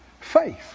faith